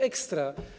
Ekstra.